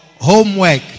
homework